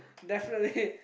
definitely